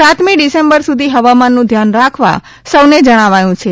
સાતમી ડિસેમ્બર સુધી હવામાનનું ધ્યાન રાખવા સૌને જણાવાયું છે